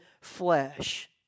flesh